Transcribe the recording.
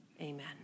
Amen